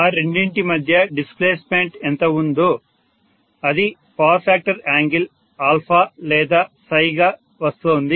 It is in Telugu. ఆ రెండింటి మధ్య డిస్ప్లేస్మెంట్ ఎంత ఉందో అది పవర్ ఫ్యాక్టర్ యాంగిల్ లేదా గా వస్తోంది